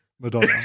madonna